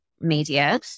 media